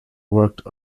worked